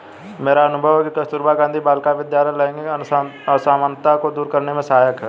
मेरा अनुभव है कि कस्तूरबा गांधी बालिका विद्यालय लैंगिक असमानता को दूर करने में सहायक है